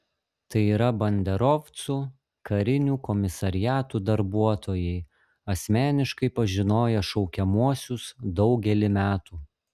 tai yra banderovcų karinių komisariatų darbuotojai asmeniškai pažinoję šaukiamuosius daugelį metų